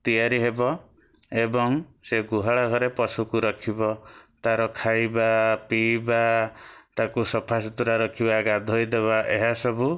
ତିଆରି ହେବ ଏବଂ ସେ ଗୁହାଳ ଘରେ ପଶୁକୁ ରଖିବ ତା'ର ଖାଇବା ପିଇବା ତାକୁ ସଫାସୁତୁରା ରଖିବା ଗାଧୋଇ ଦେବା ଏହାସବୁ